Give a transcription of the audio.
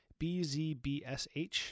BZBSH